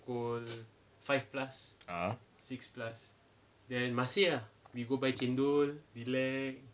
(uh huh)